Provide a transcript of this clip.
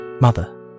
mother